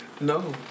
No